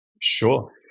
Sure